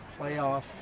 playoff